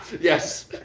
Yes